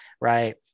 right